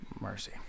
Mercy